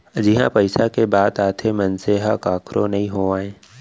जिहाँ पइसा के बात आथे मनसे ह कखरो नइ होवय